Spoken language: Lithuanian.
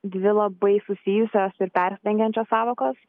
dvi labai susijusios ir persidengiančios sąvokos